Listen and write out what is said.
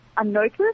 Unnoticed